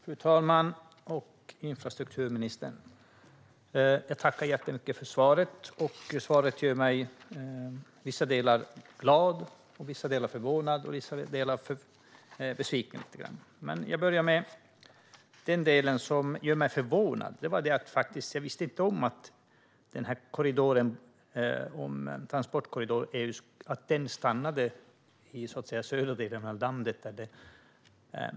Fru talman! Jag tackar infrastrukturministern så mycket för svaret. Det gör mig i vissa delar glad, i vissa delar förvånad och i vissa delar besviken. Jag börjar med det som gör mig förvånad. Jag visste faktiskt inte om att EU:s transportkorridor stannar i södra delen av landet.